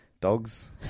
dogs